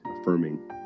affirming